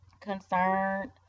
concerned